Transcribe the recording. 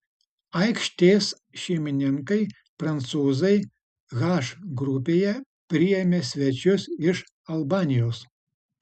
aikštės šeimininkai prancūzai h grupėje priėmė svečius iš albanijos